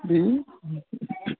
बै